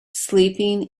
sleeping